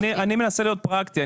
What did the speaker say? אני מנסה להיות פרקטי.